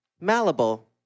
Malleable